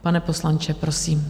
Pane poslanče, prosím.